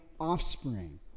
offspring